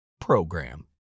program